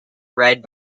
read